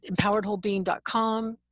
empoweredwholebeing.com